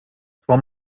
from